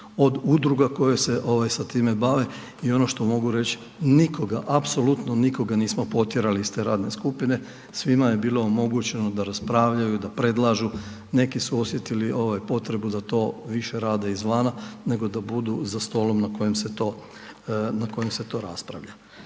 od udruga koje se sa time bave i ono što mogu reć, nikoga, apsolutno nikoga nismo potjerali iz te radne skupine, svima je bilo omogućeno da raspravljaju i da predlažu, neki su osjetili potrebu da to više rade izvana nego da budu za stolom na kojem se to raspravlja.